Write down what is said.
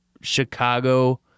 Chicago